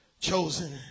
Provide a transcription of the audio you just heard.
Chosen